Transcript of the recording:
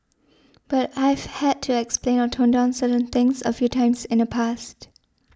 but I've had to explain or tone down certain things a few times in the past